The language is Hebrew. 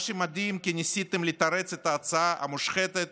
ומה שמדהים, שניסיתם לתרץ את ההצעה המושחתת